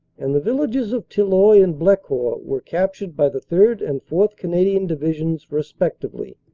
and the vil lages of tilloy and blecourt were captured by the third. and fourth. canadian divisions respectively.